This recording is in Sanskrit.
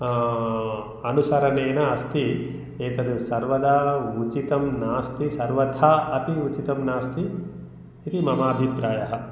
अनुसरणेन अस्ति एतत् सर्वदा उचितं नास्ति सर्वथा अपि उचितं नास्ति इति मम अभिप्रायः